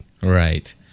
Right